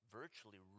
virtually